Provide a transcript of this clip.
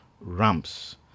ramps